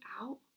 out